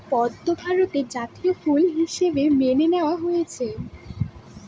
পদ্ম ভারতের জাতীয় ফুল হিসাবে মেনে নেওয়া হয়েছে